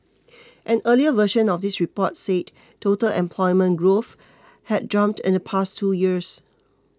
an earlier version of this report said total employment growth had jumped in the past two years